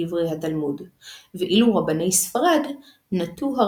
בו; האם צריך הוא ללכת אחרי המנהג הקודם שלו,